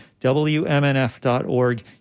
WMNF.org